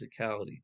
physicality